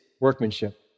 workmanship